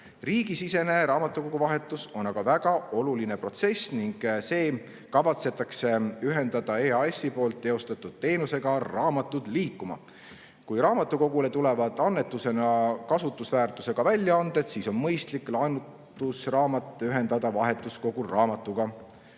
Riigisisene raamatukoguvahetus on aga väga oluline protsess ning see kavatsetakse ühendada EAS-i teostatud teenusega "Raamatud liikuma". Kui raamatukogule tulevad annetusena kasutusväärtusega väljaanded, siis on mõistlik laenutusraamat ühendada vahetuskogu raamatuga.